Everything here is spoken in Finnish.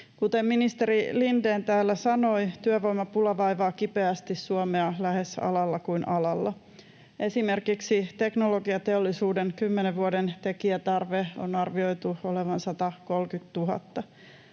Kuten ministeri Lindén täällä sanoi, työvoimapula vaivaa kipeästi Suomea lähes alalla kuin alalla. Esimerkiksi teknologiateollisuuden kymmenen vuoden tekijätarpeen on arvioitu olevan 130 000.